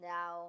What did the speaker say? Now